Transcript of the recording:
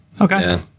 Okay